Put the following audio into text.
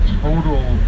total